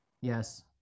yes